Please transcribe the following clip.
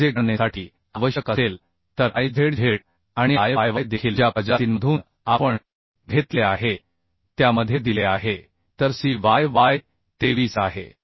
1 जे गणनेसाठी आवश्यक असेल तर I z z आणि I y y देखील ज्या प्रजातींमधून आपण घेतले आहे त्यामध्ये दिले आहे तर C y y 23 आहे